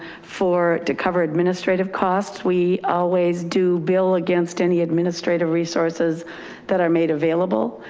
for, to cover administrative costs. we always do bill against any administrative resources that are made available.